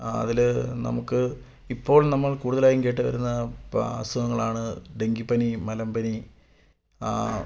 അതിൽ നമുക്ക് ഇപ്പോൾ നമ്മൾ കൂടുതലായും കേട്ടു വരുന്ന അസുഖങ്ങളാണ് ഡെങ്കിപ്പനി മലമ്പനി